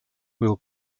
will